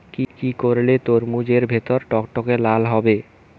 কি করলে তরমুজ এর ভেতর টকটকে লাল হবে?